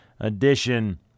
edition